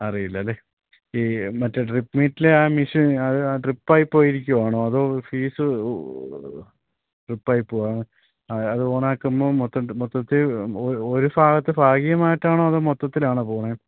അറിയില്ലല്ലേ ഈ മറ്റേ ഡ്രിപ്പ് ലെ ആ മെഷീൻ അത് ആ ഡ്രിപ്പായിപ്പോയിരിക്കുകയാണോ അതോ ഫ്യൂസ് ഡ്രിപ്പായി പോവുകയാണോ ആ അത് ഓണാക്കുമ്പോള് മൊത്തം മൊത്തത്തില് ഒരു ഭാഗത്ത് ഭാഗികമായിട്ടാണോ അതോ മൊത്തത്തിലാണോ പോകുന്നത്